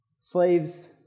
Slaves